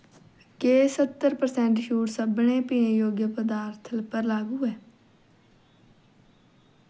क्या सत्तर परसैंट छूट सभनें पीने जोग पदार्थें पर लागू ऐ